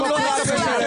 גם אנחנו לא נקבל מכם מוסר.